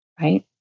Right